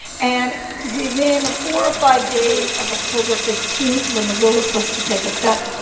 and within four or five days of october fifteen when the rule was supposed to take effect,